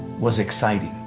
was exciting.